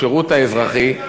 לשירות האזרחי,